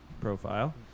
profile